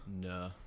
No